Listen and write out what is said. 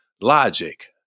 logic